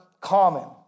common